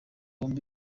bombi